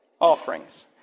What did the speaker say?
offerings